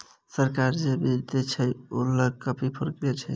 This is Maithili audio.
सरकार जे बीज देय छै ओ लय केँ की प्रक्रिया छै?